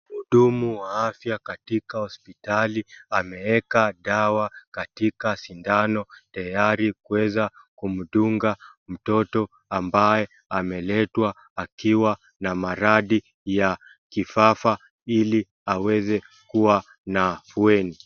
Mhudumu wa afya katika hospitali ameeka dawa katika sindano tayari kuweza kumdunga mtoto ambaye ameletwa akiwa na maradhi ya kifafa ili aweze kua na afueni.